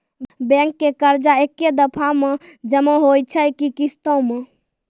Bank के कर्जा ऐकै दफ़ा मे जमा होय छै कि किस्तो मे?